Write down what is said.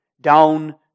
Down